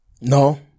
No